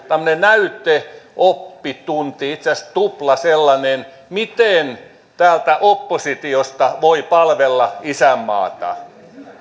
tämmöinen näyteoppitunti itse asiassa tuplasellainen siitä miten täältä oppositiosta voi palvella isänmaata